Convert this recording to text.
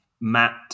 Matt